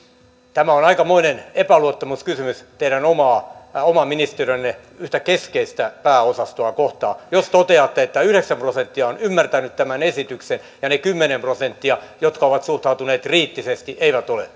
tämä on aikamoinen epäluottamuskysymys teidän oman ministeriönne yhtä keskeistä pääosastoa kohtaan jos toteatte että yhdeksänkymmentä prosenttia on ymmärtänyt tämän esityksen ja kymmenen prosenttia joka on suhtautunut kriittisesti ei ole